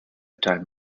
time